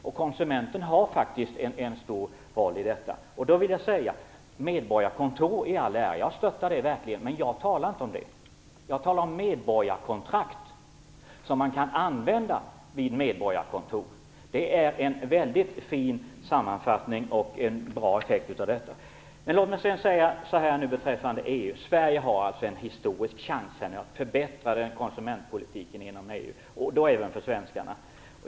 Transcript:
Konsumenten har en stor roll i detta. Medborgarkontor i all ära - jag stöttar det verkligen - men jag talar inte om det. Jag talar om medborgarkontrakt som man kan använda vid medborgarkontor. Det är en väldigt fin sammanfattning och en bra effekt. Sverige har en historisk chans att förbättra konsumentpolitiken inom EU, och då även för svenskarna.